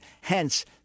Hence